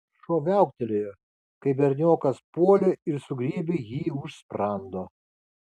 šuo viauktelėjo kai berniokas puolė ir sugriebė jį už sprando